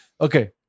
Okay